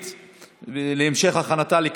בעד, 33,